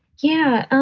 yeah,